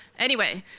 anyway,